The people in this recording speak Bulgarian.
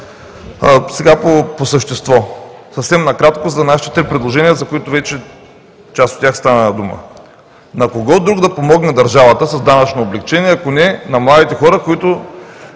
Сега по същество съвсем накратко за нашите предложения, за част от които вече стана дума. На кого друг да помогне държавата с данъчно облекчение, ако не на младите хора, които